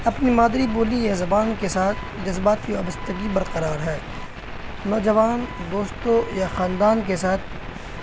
اپنی مادری بولی یا زبان کے ساتھ جذبات کی آبستگی برقرار ہے نوجوان دوستوں یا خاندان کے ساتھ